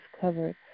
covered